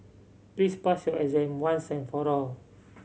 please pass your exam once and for all